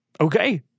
Okay